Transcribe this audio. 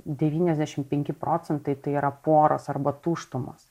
devyniasdešim penki procentai tai yra poros arba tuštumos